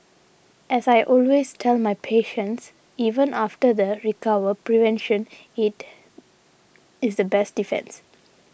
as I always tell my patients even after the recover prevention it is the best defence